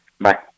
Bye